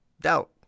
doubt